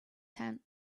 tent